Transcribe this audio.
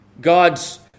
God's